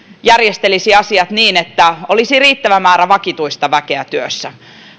järjestelisi asiat niin että olisi riittävä määrä vakituista väkeä työssä